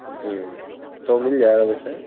तो मिल जाएगा वैसे